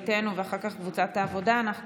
אורית פרקש הכהן, שרן מרים השכל ואלון שוסטר.